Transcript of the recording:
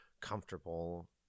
comfortable